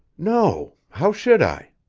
no how should i?